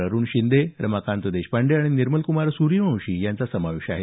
अरुण शिंदे रमाकांत देशपांडे आणि निर्मलकुमार सूर्यवंशी यांचा समावेश आहे